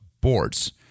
boards